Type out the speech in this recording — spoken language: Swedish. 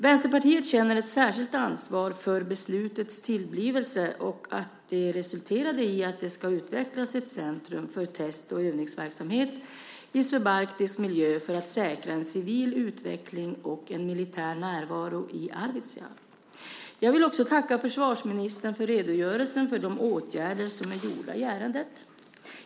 Vänsterpartiet känner ett särskilt ansvar för beslutets tillblivelse att det resulterade i att det ska utvecklas ett centrum för test och övningsverksamhet i subarktisk miljö för att säkra en civil utveckling och en militär närvaro i Arvidsjaur. Jag vill också tacka försvarsministern för redogörelsen för de åtgärder som är vidtagna i ärendet.